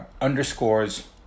underscores